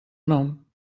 nom